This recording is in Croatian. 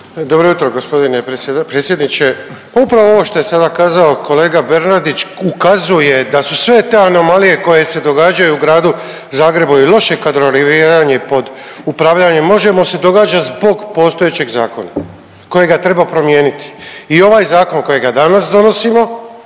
Dobro jutro predsjedniče. Pa upravo ovo što je sada kazao kolega Bernardić ukazuje da su sve te anomalije koje se događaju u gradu Zagrebu i loše kadroviranje pod upravljanjem Možemo se događa zbog postojećeg zakona kojega treba promijeniti. I ovaj zakon kojega danas donosimo